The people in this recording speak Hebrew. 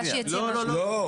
לא, לא, לא.